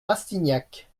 rastignac